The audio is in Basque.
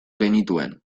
genituen